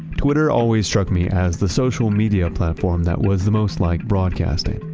twitter always struck me as the social media platform that was the most like broadcasting.